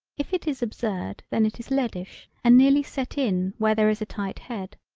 if it is absurd then it is leadish and nearly set in where there is a tight head.